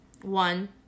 one